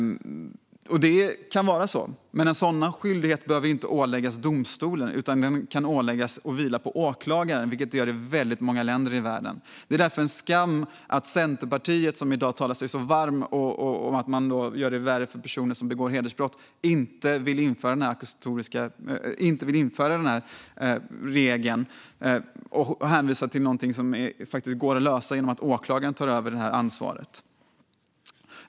Så kan det vara. Men en sådan skyldighet behöver inte åläggas domstolen. Den kan åläggas och vila på åklagaren, vilket man gör i många länder i världen. Det är en skam att Centerpartiet, som i dag talar sig varma för att de gör det värre för personer som begår hedersbrott, inte vill införa den regeln och att de hänvisar till något som går att lösa genom att åklagaren tar över det ansvaret.